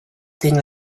thing